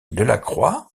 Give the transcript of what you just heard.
delacroix